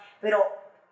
Pero